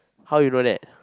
how you know that